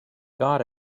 got